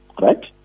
Right